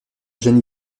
gêne